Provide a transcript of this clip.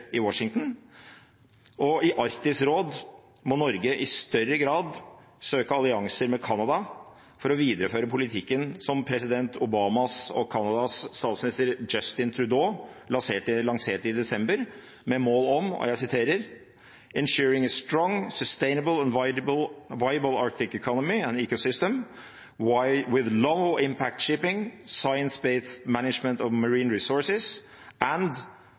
i Washington. I Arktisk råd må Norge i større grad søke allianser med Canada for å videreføre politikken som tidligere president Obama og Canadas statsminister Justin Trudeau lanserte i desember, med mål om: ensuring a strong, sustainable and viable Arctic economy and ecosystem, with low-impact shipping, science based management of marine resources, and